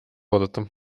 oodata